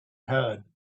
heard